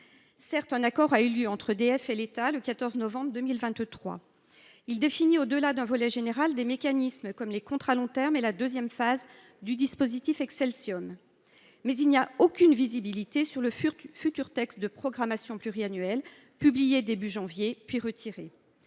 Certes, un accord a été conclu entre EDF et l’État le 14 novembre 2023. Il définit, au delà d’un volet général, des mécanismes, comme les contrats long terme et la deuxième phase du dispositif Exseltium. Mais il n’y a aucune visibilité sur le futur texte de programmation pluriannuelle, publié au début du mois de janvier, puis retiré.